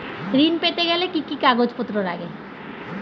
ঋণ পেতে গেলে কি কি কাগজপত্র লাগে?